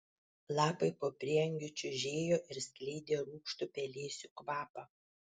lapai po prieangiu čiužėjo ir skleidė rūgštų pelėsių kvapą